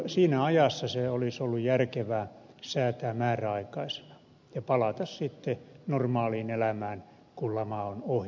siinä ajassa se olisi ollut järkevää säätää määräaikaisena ja palata sitten normaaliin elämään kun lama on ohi